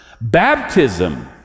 Baptism